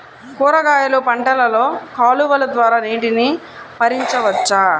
కూరగాయలు పంటలలో కాలువలు ద్వారా నీటిని పరించవచ్చా?